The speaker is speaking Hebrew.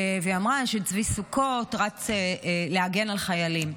ואמרה שצבי סוכות רץ להגן על חיילים.